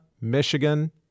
Michigan